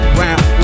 round